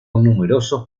numerosos